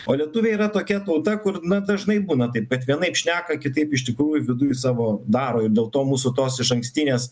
o lietuviai yra tokia tauta kur na dažnai būna taip kad vienaip šneka kitaip iš tikrųjų vidui savo daro ir dėl to mūsų tos išankstinės